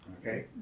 okay